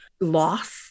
loss